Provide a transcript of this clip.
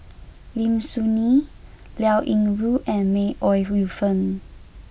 Lim Soo Ngee Liao Yingru and May Ooi Yu Fen